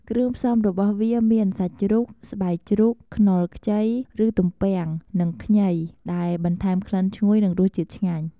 គ្រឿងផ្សំរបស់វាមាន សាច់ជ្រូក ស្បែកជ្រូក ខ្នុរខ្ចី ឬ ទំពាំង និងខ្ញី ដែលបន្ថែមក្លិនឈ្ងុយ និងរសជាតិឆ្ងាញ់។